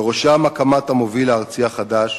ובראשם הקמת המוביל הארצי החדש,